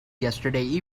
yesterday